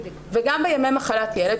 גם בימי מחלת ילד,